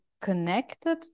connected